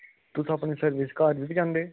तुस अपनी सर्विस घर गै करांदे